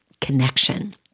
connection